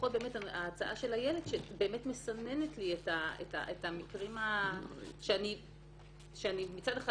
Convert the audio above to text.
אז ההצעה של איילת שמסמנת לי את המקרים שאני מצד אחד